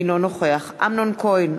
אינו נוכח אמנון כהן,